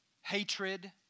hatred